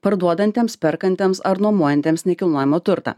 parduodantiems perkantiems ar nuomojantiems nekilnojamą turtą